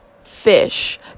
fish